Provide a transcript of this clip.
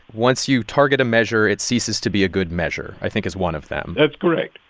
once you target a measure, it ceases to be a good measure, i think is one of them that's correct.